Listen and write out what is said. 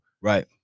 Right